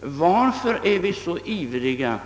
Varför är vi så ivriga